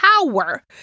power